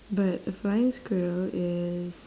but a flying squirrel is